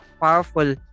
powerful